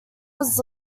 was